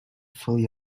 fully